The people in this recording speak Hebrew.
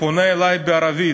פונה אלי בערבית,